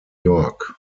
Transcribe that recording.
york